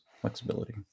flexibility